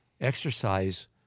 Exercise